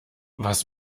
was